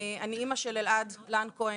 אני אמא של אלעד לן כהן.